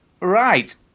right